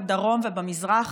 בדרום ובמזרח,